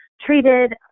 treated